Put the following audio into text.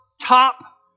top